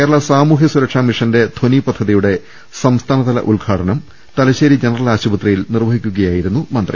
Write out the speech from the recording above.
കേരള സാമൂഹ്യ സുരക്ഷാ മിഷന്റെ ധ്വനി പദ്ധതിയുടെ സംസ്ഥാനതല ഉദ്ഘാടനം തലശ്ശേരി ജനറൽ ആശുപത്രിയിൽ നിർവ്വഹിക്കുകയായിരുന്നു മന്ത്രി